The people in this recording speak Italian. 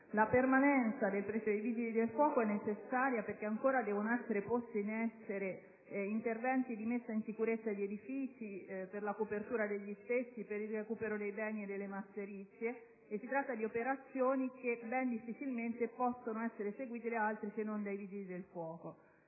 La permanenza del presidio dei Vigili del fuoco è necessaria perché ancora devono essere posti in essere interventi di messa in sicurezza di edifici, per la copertura degli stessi, per il recupero dei beni e delle masserizie. Si tratta di operazioni che ben difficilmente possono essere eseguite da altri soggetti che non siano i Vigili del fuoco.